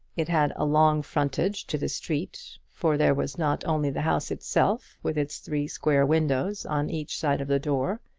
it had a long frontage to the street for there was not only the house itself, with its three square windows on each side of the door,